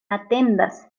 atendas